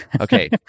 Okay